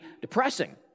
depressing